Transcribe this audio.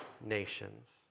nations